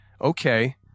okay